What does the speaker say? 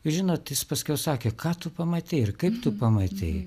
žinot jis paskiau sakė ką tu pamatei ir kaip tu pamatei